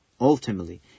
ultimately